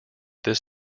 this